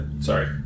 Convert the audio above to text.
sorry